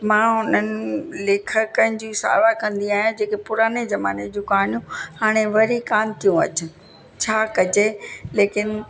मां उन्हनि लेखकनि जी साराह कंदी आहियां जेके पुराणे ज़माने जूं कहाणियूं हाणे वरी कान थियूं अचनि छा कजे लेकिनि